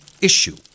issue